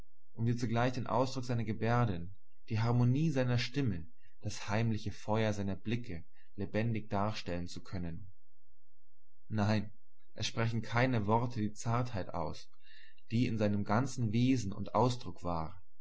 um dir zugleich den ausdruck seiner gebärden die harmonie seiner stimme das heimliche feuer seiner blicke lebendig darstellen zu können nein es sprechen keine worte die zartheit aus die in seinem ganzen wesen und ausdruck war